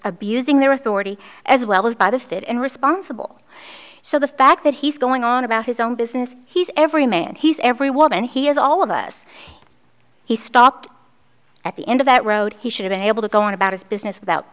abusing their authority as well as by the fifth and responsible so the fact that he's going on about his own business he's every man he's every woman he has all of us he stopped at the end of that road he should have been able to go on about his business